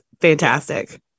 fantastic